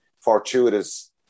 fortuitous